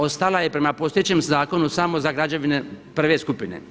Ostala je prema postojećem zakonu samo za građevine prve skupine.